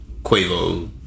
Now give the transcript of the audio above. Quavo